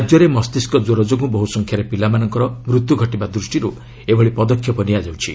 ରାଜ୍ୟରେ ମସ୍ତିଷ୍କ ଜ୍ୱର ଯୋଗୁଁ ବହୁ ସଂଖ୍ୟାରେ ପିଲାମାନଙ୍କର ମୃତ୍ୟୁ ଘଟିବା ଦୃଷ୍ଟିରୁ ଏହି ପଦକ୍ଷେପ ନିଆଯାଉଛି